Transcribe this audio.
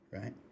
right